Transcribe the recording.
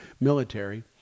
military